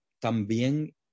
también